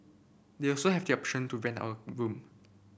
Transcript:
they also have the option to rent out a room